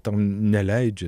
ir jie tau neleidžia